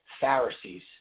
Pharisees